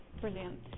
Brilliant